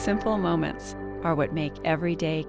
simple moments are what make every day